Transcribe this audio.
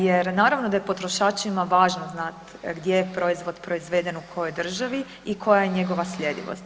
Jer naravno da je potrošačima važno znati gdje je proizvod proizveden u kojoj državi i koja je njegova sljedivost.